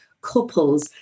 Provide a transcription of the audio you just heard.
couples